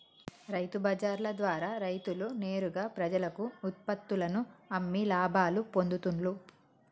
రైతు బజార్ల ద్వారా రైతులు నేరుగా ప్రజలకు ఉత్పత్తుల్లను అమ్మి లాభాలు పొందుతూండ్లు